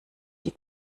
die